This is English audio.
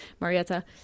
Marietta